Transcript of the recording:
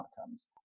outcomes